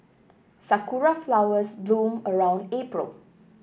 sakura flowers bloom around April